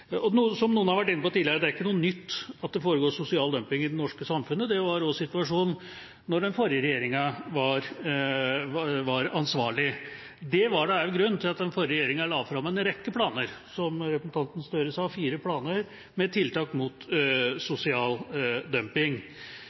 Som noen har vært inne på tidligere: Det er ikke noe nytt at det foregår sosial dumping i det norske samfunnet. Det var også situasjonen da den forrige regjeringa var ansvarlig. Det var da også grunnen til at den forrige regjeringa la fram en rekke planer. Som representanten Støre sa: tre planer med tiltak mot sosial dumping.